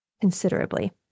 considerably